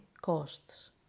costs